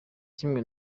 kimwe